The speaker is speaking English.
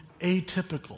atypical